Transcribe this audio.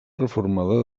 reformada